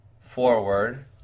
forward